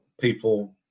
people